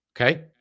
okay